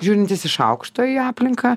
žiūrintis iš aukšto į aplinką